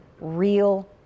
real